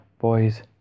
Boys